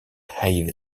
hij